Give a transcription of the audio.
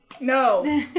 No